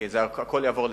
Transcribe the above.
כי הכול יעבור לדיגיטלי,